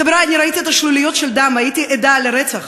חברי, אני ראיתי את שלוליות הדם, הייתי עדה לרצח.